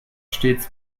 stets